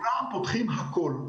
כולם פותחים הכול.